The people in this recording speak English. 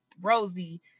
Rosie